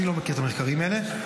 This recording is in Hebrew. אני לא מכיר את המחקרים האלה,